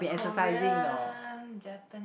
Korean Japanese